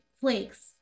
flakes